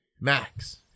max